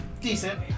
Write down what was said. decent